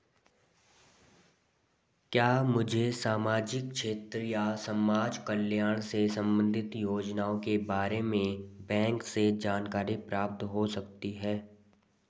क्या मुझे सामाजिक क्षेत्र या समाजकल्याण से संबंधित योजनाओं के बारे में बैंक से जानकारी प्राप्त हो सकती है?